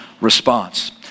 response